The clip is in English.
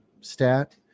stat